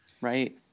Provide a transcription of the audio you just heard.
Right